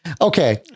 Okay